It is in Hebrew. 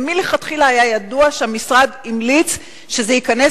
ומלכתחילה היה ידוע שהמשרד המליץ שזה ייכנס